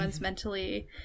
mentally